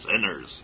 sinners